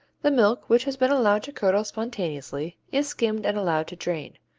the milk, which has been allowed to curdle spontaneously, is skimmed and allowed to drain.